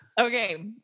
Okay